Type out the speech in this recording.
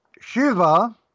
Shiva